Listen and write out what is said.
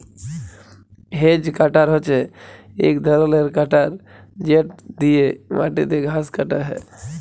hedge cutter হছে ইক ধরলের কাটার যেট দিঁয়ে মাটিতে ঘাঁস কাটা হ্যয়